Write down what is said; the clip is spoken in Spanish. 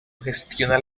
gestiona